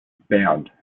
bound